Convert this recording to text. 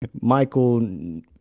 Michael